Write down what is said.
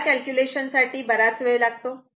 याला कॅल्क्युलेशन साठी बराच वेळ लागतो